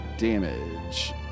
damage